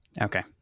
okay